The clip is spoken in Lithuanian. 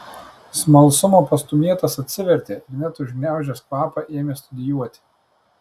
smalsumo pastūmėtas atsivertė ir net užgniaužęs kvapą ėmė studijuoti